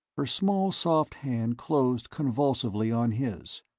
her small soft hand closed convulsively on his,